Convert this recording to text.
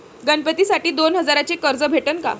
गणपतीसाठी दोन हजाराचे कर्ज भेटन का?